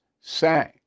sang